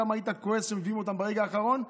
כמה היית כועס שמביאים אותן ברגע האחרון.